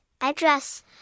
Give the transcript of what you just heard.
address